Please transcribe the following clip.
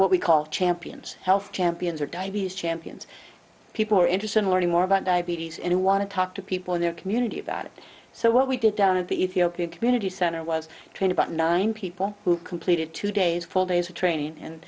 what we call champions health champions or diabetes champions people who are interested in learning more about diabetes in want to talk to people in their community about it so what we did down of the ether community center was trained about nine people who completed two days four days of training and